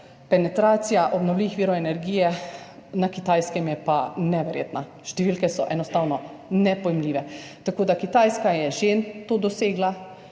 penetracija obnovljivih virov energije na Kitajskem je pa neverjetna. Številke so enostavno nepojmljive. Tako da Kitajska je že to dosegla